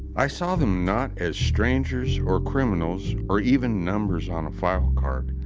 i saw them not as strangers or criminals, or even numbers on a file cart,